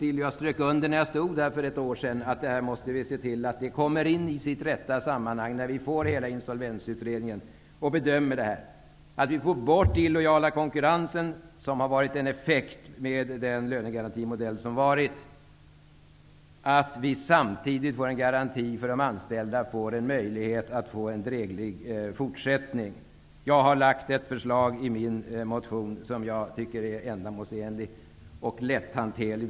När jag stod i talarstolen för ett år sedan strök jag under att vi måste se till att frågan kommer in i sitt rätta sammanhang när vi får hela Insolvensutredningen och kan bedöma detta. Vi måste få bort den illojala konkurrens som har varit en effekt av den föregående lönegarantimodellen. Samtidigt måste vi få en garanti för att de anställda skall få möjlighet till en dräglig fortsättning. Jag har lagt fram ett förslag i min motion som jag tycker är ändamålsenligt och lätthanterligt.